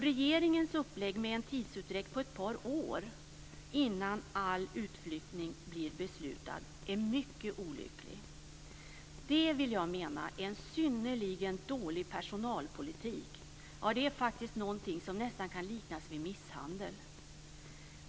Regeringens upplägg, med en tidsutdräkt på ett par år innan all utflyttning blir beslutad, är mycket olycklig. Det vill jag mena är en synnerligen dålig personalpolitik. Det är faktiskt någonting som nästan kan liknas vid misshandel.